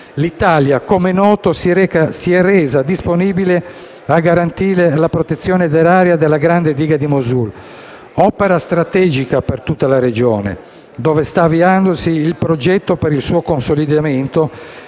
l'Italia - come è noto - si è resa disponibile a garantire la protezione dell'area della grande diga di Mosul, opera strategica per tutta la regione, dove sta avviandosi il progetto per il suo consolidamento,